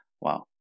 Wow